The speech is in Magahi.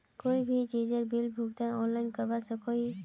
कोई भी चीजेर बिल भुगतान ऑनलाइन करवा सकोहो ही?